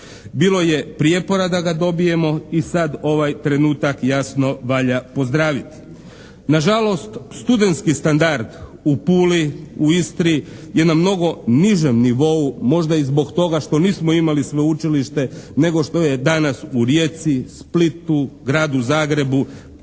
Bilo je prijepora da ga dobijemo i sad ovaj trenutak jasno valja pozdraviti. Nažalost studentski standard u Puli, u Istri je na mnogo nižem nivou možda i zbog toga što nismo imali sveučilište nego što je danas u Rijeci, Splitu, gradu Zagrebu